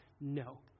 no